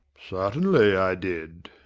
certainly i did.